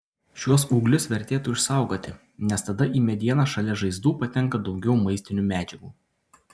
šiuos ūglius vertėtų išsaugoti nes tada į medieną šalia žaizdų patenka daugiau maistinių medžiagų